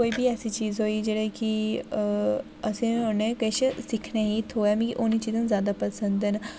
कोई बी ऐसी चीज़ होई जेह्दे कि अ असें उ'नें किश सिक्खने गी थ्होऐ मिगी ओह् नेहियां चीज़ां जादा पसंद न